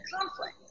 conflict